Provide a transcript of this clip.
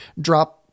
drop